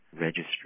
registry